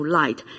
light